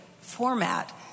format